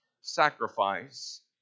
sacrifice